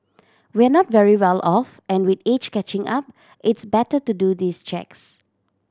we're not very well off and with age catching up it's better to do these checks